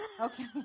Okay